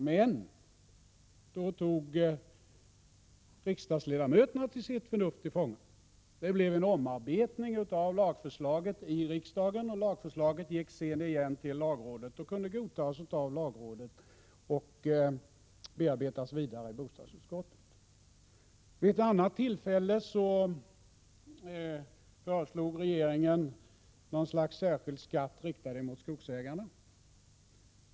Men då tog riksdagens ledamöter sitt förnuft till fånga. Det blev en omarbetning av lagförslaget i utskottet, och förslaget gick sedan till lagrådet och kunde godtas av lagrådet och sedan bearbetas vidare i bostadsutskottet. Vid ett annat tillfälle föreslog regeringen något slags särskild skatt riktad mot skogsägarna.